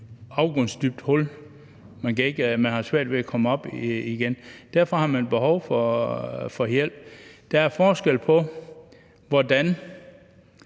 afgrundsdybt hul, som man har svært ved at komme op af igen. Derfor har man behov for hjælp. Der er forskel på, hvordan